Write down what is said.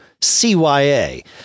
CYA